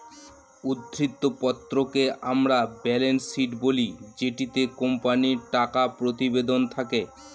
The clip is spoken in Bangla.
উদ্ধৃত্ত পত্রকে আমরা ব্যালেন্স শীট বলি যেটিতে কোম্পানির টাকা প্রতিবেদন থাকে